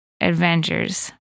adventures